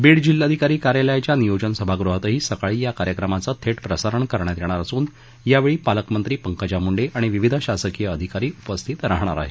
बीड जिल्हाधिकारी कार्यालयाच्या नियोजन सभागृहातही सकाळी या कार्यक्रमाचं थेट प्रसारण करण्यात येणार असुन यावेळी पालकमंत्री पंकजा मूंडे आणि विविध शासकीय अधिकारी उपस्थित राहणार आहेत